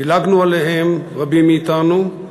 דילגנו עליהם, רבים מאתנו.